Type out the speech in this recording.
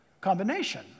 combination